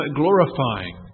glorifying